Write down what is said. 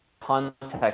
context